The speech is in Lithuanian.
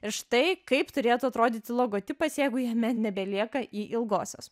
ir štai kaip turėtų atrodyti logotipas jeigu jame nebelieka y ilgosios